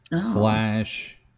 slash